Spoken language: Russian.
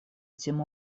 этим